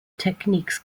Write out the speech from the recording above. techniques